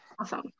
awesome